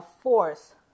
force